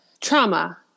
trauma